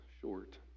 short